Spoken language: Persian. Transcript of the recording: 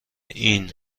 این